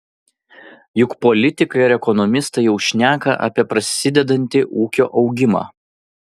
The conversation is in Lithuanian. juk politikai ir ekonomistai jau šneka apie prasidedantį ūkio augimą